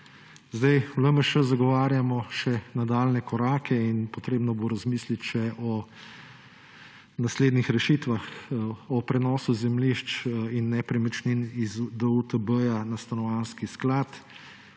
V LMŠ zagovarjamo še nadaljnje korake. Potrebno bo razmisliti še o naslednjih rešitvah. O prenosu zemljišč in nepremičnin z DUTB na Stanovanjski sklad.